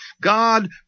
God